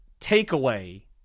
takeaway